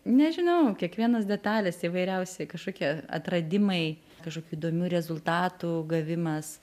nežinau kiekvienos detalės įvairiausi kažkokie atradimai kažkokių įdomių rezultatų gavimas